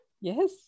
yes